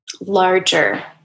larger